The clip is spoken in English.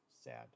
Sad